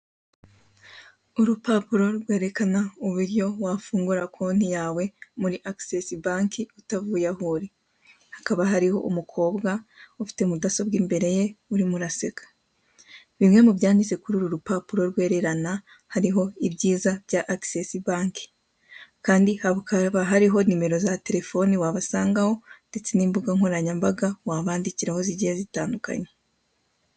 Urupapuro rwerekana uburyo wafungura konti yawe muri access banki utavuye aho uri hakaba hariho umukobwa ufite mudasobwa imbere ye urimo uraseka. Bimwe mubyanditse kur'ururupapuro rwererana hariho ibyiza bya access banki kandi hakaba hariho nimero za telefone wa basangaho ndetse n'imbuga nkoranyambaga wabandikiraho zigiye zitandukanye.